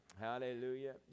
Hallelujah